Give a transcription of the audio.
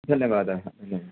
धन्यवादाः